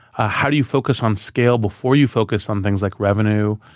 ah how do you focus on scale before you focus on things like revenue,